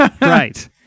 right